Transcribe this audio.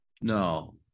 No